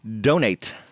donate